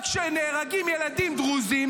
רק כשנהרגים ילדים דרוזים,